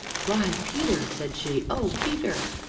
why peter! said she. oh peter!